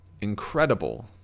incredible